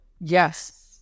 yes